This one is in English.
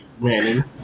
Manning